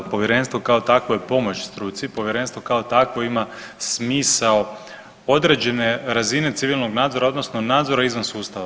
Povjerenstvo kao takvo je pomoć struci, Povjerenstvo kao takvo ima smisao određene razine civilnog nadzora, odnosno nadzora izvan sustava.